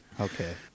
Okay